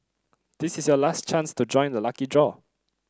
this is your last chance to join the lucky draw